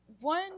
one